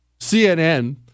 CNN